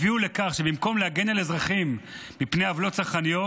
הביאו לכך שבמקום להגן על צרכנים מפני עוולות צרכניות,